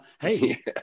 Hey